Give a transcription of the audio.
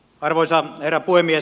arvoisa herra puhemies